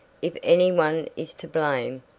if any one is to blame,